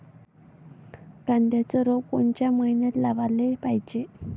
कांद्याचं रोप कोनच्या मइन्यात लावाले पायजे?